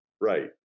Right